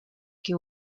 que